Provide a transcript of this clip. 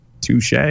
Touche